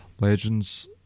legends